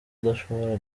udashobora